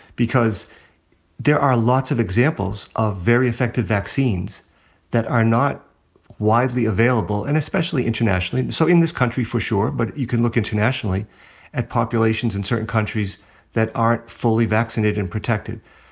because there are lots of examples of very effective vaccines that are not widely available, and especially internationally. so in this country, for sure. but you can look internationally at populations in certain countries that aren't fully vaccinated and protected.